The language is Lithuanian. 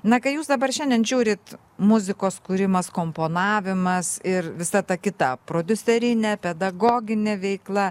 na kai jūs dabar šiandien žiūrit muzikos kūrimas komponavimas ir visa ta kita prodiuserinė pedagoginė veikla